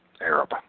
Arab